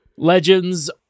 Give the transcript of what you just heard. Legends